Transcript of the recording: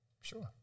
Sure